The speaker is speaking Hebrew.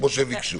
כמו שהם ביקשו.